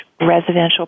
residential